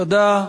תודה.